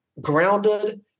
grounded